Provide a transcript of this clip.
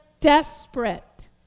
desperate